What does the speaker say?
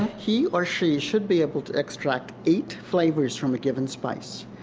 he or she should be able to extract eight flavors from a given spice,